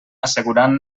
assegurant